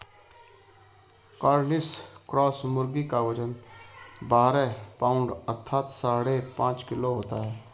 Cornish cross मुर्गी का वजन बारह पाउण्ड अर्थात साढ़े पाँच किलो होता है